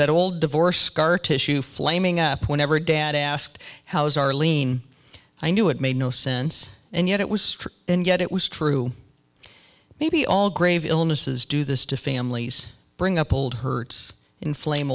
that old divorced scar tissue flaming up whenever dad asked how's arlene i knew it made no sense and yet it was true and yet it was true maybe all grave illnesses do this to families bring up old hurts inflame